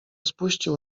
spuścił